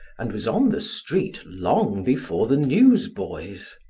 and was on the street long before the newsboys.